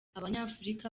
abanyafurika